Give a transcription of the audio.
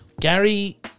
Gary